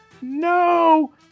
No